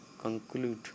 conclude